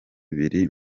biri